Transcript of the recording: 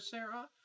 Sarah